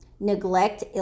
neglect